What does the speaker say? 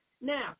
Now